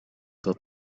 that